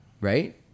right